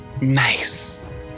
Nice